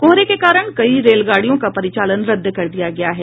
कोहरे के कारण कई रेलगाड़ियों का परिचालन रद्द कर दिया गया है